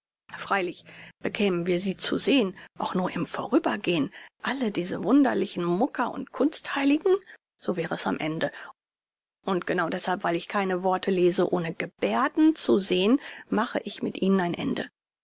freilich bekämen wir sie zu sehen auch nur im vorübergehn alle diese wunderlichen mucker und kunst heiligen so wäre es am ende und genau deshalb weil ich keine worte lese ohne gebärden zu sehn mache ich mit ihnen ein ende